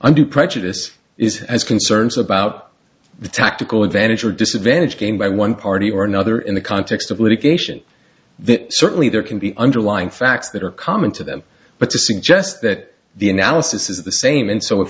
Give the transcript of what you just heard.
i do prejudice is as concerns about the tactical advantage or disadvantage gained by one party or another in the context of litigation that certainly there can be underlying facts that are common to them but to suggest that the analysis is the same and so if